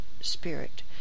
spirit